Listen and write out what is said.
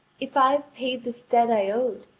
if i have paid this debt i owed,